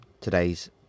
today's